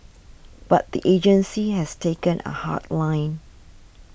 but the agency has taken a hard line